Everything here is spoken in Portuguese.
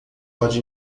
pode